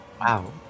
Wow